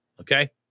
okay